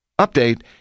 Update